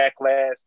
backlash